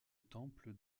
temple